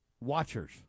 watchers